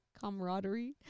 camaraderie